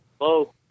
Hello